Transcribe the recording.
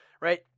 right